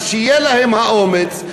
אז שיהיה להם האומץ,